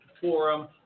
forum